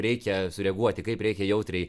reikia sureaguoti kaip reikia jautriai